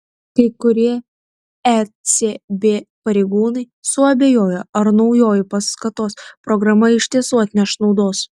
kai kurie ecb pareigūnai suabejojo ar naujoji paskatos programa iš tiesų atneš naudos